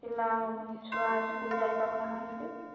ପିଲା ଆମ ଛୁଆ ସ୍କୁଲ୍ ଯାଇପାରୁନାହାନ୍ତି